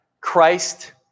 Christ